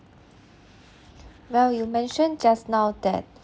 well you mentioned just now that